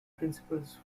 principles